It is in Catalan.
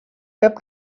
cap